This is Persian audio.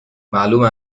معلومه